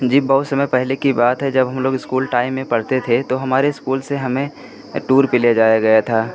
जी बहुत समय पहले की बात है जब हमलोग स्कूल टाइम में पढ़ते थे तो हमारे स्कूल से हमें टूर पर ले जाया गया था